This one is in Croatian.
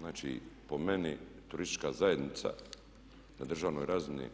Znači, po meni turistička zajednica na državnoj razini